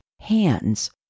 hands